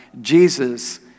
Jesus